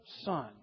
Son